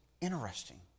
interesting